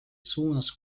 suunas